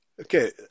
Okay